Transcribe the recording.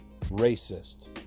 racist